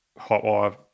hotwire